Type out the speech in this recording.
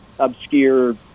Obscure